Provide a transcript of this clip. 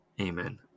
Amen